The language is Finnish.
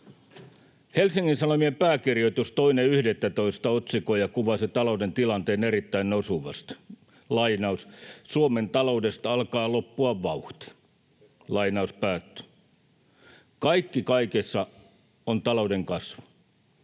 Helsingin Sanomien pääkirjoitus 2.11. otsikoi ja kuvasi talouden tilanteen erittäin osuvasti: "Suomen taloudesta alkaa loppua vauhti". Kaikki kaikessa on talouden kasvu.